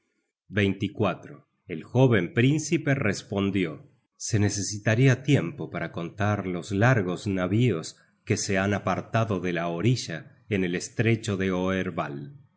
valientes el jóven príncipe respondió se necesitaría tiempo para contar los largos navíos que se han apartado de la orilla en el estrecho de oerval